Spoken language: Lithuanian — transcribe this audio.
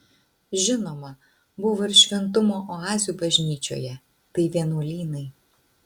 žinoma buvo ir šventumo oazių bažnyčioje tai vienuolynai